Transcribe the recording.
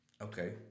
Okay